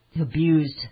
abused